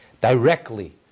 directly